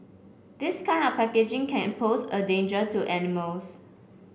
this kind of packaging can a pose a danger to animals